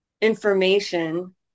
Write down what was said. information